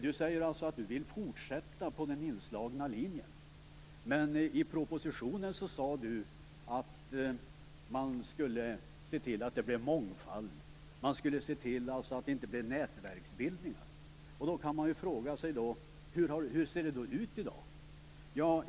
Du säger att du vill fortsätta på den inslagna linjen, men du anförde i propositionen att man skulle se till att det blir mångfald, inte nätverksbildningar. Hur ser det då ut i dag?